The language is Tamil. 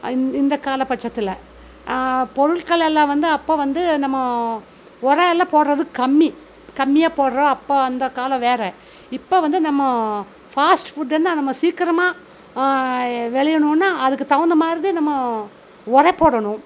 இந் இந்த காலபட்சத்தில் பொருட்களெல்லாம் வந்து அப்போ வந்து நம்ம உரம் எல்லாம் போடுறது கம்மி கம்மியாக போடுறோம் அப்போ அந்த காலம் வேறு இப்போ வந்து நம்ம ஃபாஸ்ட் ஃபுட்ன்னு நம்ம சீக்கிரமாக விளையனுன்னு அதற்கு தகுந்த மாதிரி நம்ம உரம் போடணும்